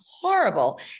horrible